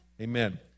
Amen